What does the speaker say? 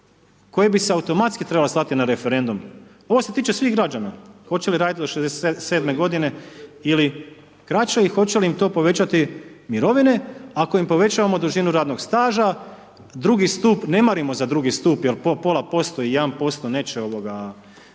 koje bi se automatski trebale slati na referendum, ovo se tiče svih građana, hoće li raditi do 67 godine ili kraće i hoće li im to povećati mirovine ako im povećavamo dužinu radnog staža. Drugi stup, ne marimo za drugi stup jer po pola posto i 1% neće bitno